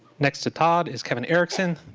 next to todd is kevin erickson,